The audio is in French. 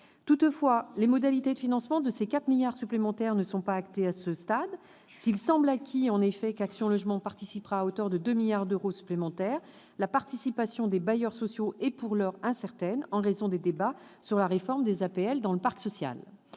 Toutefois, les modalités de financement de ces 4 milliards d'euros supplémentaires ne sont pas actées à ce stade. S'il semble acquis, en effet, qu'Action logement participera à hauteur de 2 milliards d'euros supplémentaires, la participation des bailleurs sociaux est, pour l'heure, incertaine en raison des débats sur la réforme des aides personnalisées